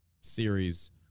series